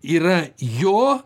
yra jo